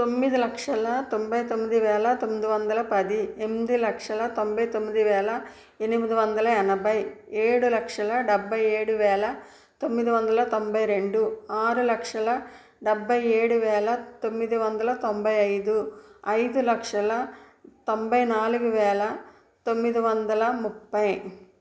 తొమ్మిది లక్షల తొంభై తొమ్మిది వేల తొమ్మిది వందల పది ఎనిమిది లక్షల తొంభై తొమ్మిది వేల ఎనిమిది వందల ఎనభై ఏడు లక్షల డెబ్భై ఏడు వేల తొమ్మిది వందల తొంభై రెండు ఆరు లక్షల డెబ్భై ఏడు వేల తొమ్మిది వందల తొంభై ఐదు ఐదు లక్షల తొంభై నాలుగు వేల తొమ్మిది వందల ముప్పై